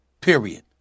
Period